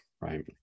right